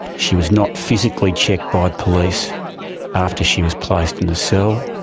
she was not physically checked by police after she was placed in the cell,